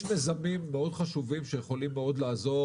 יש מיזמים מאוד חשובים שיכולים מאוד לעזור